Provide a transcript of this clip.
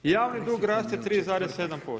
Javni dug raste 3,7%